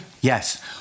Yes